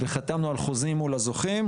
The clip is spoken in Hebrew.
וחתמנו על חוזים מול הזוכים,